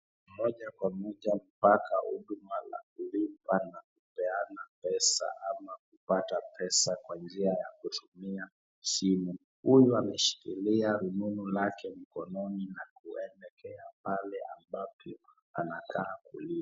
Moja kwa moja mpaka huduma la kulipa na kupeana pesa ama kupata pesa kwa njia ya kutumia simu. Huyu ameshikilia rununu yake mkononi na kuweka kile ambaye anataka kulipa.